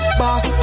boss